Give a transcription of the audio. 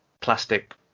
plastic